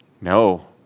No